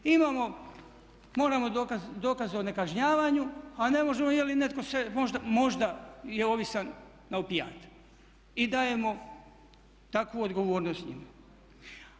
Imamo, moramo dokaz o nekažnjavanju, a ne možemo je li netko se možda je ovisan na opijate i dajemo takvu odgovornost njima.